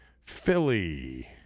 Philly